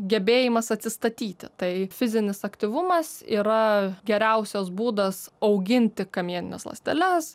gebėjimas atsistatyti tai fizinis aktyvumas yra geriausias būdas auginti kamienines ląsteles